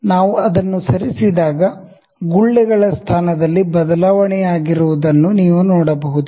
ನಾವು ಅದನ್ನು ಸರಿಸಿದಾಗ ಗುಳ್ಳೆಗಳ ಸ್ಥಾನದಲ್ಲಿ ಬದಲಾವಣೆಯಾಗಿರುವುದನ್ನು ನೀವು ನೋಡಬಹುದು